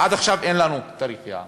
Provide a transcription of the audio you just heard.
עד עכשיו אין לנו תאריך יעד.